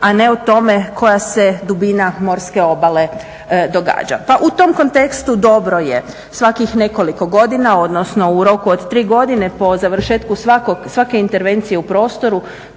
a ne o tome koja se dubina morske obale događa. Pa u tom kontekstu dobro je svakih nekoliko godina, odnosno u roku od 3 godine po završetku svake intervencije u prostoru